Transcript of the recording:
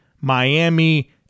Miami